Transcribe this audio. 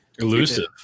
elusive